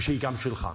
שהיא גם שלך.